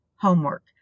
homework